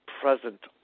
present